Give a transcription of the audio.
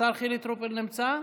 השר חילי טרופר נמצא?